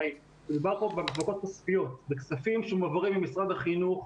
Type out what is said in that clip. מדובר פה בכספים שמועברים ממשרד החינוך,